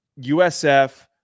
USF